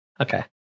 Okay